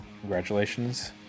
congratulations